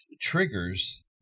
triggers